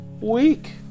week